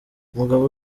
umugabo